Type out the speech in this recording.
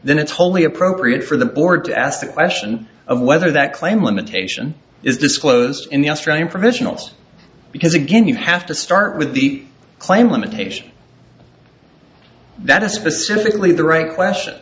then it's wholly appropriate for the board to ask the question of whether that claim limitation is disclosed in the australian from missional because again you have to start with the claim limitation that a specifically the right question